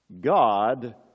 God